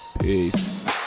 peace